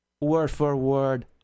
word-for-word